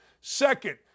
Second